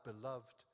beloved